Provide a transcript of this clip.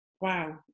wow